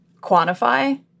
quantify